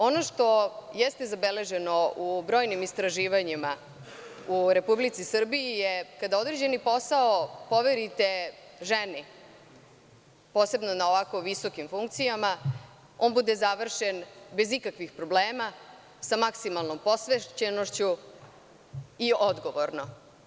Ono što jeste zabeleženo u brojnim istraživanjima u Republici Srbiji je kada određeni posao poverite ženi, posebno na ovako visokim funkcijama on bude završen bez ikakvih problema sa maksimalnom posvećenošću i odgovornom.